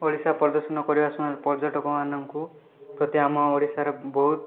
ଓଡ଼ିଶା ପରିଦର୍ଶନ କରିବା ସମୟରେ ପର୍ଯ୍ୟଟକମାନଙ୍କୁ ପ୍ରତି ଆମ ଓଡ଼ିଶାର ବହୁତ